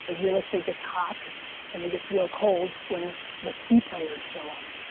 and real estate gets hot and then gets real cold when the c players show up.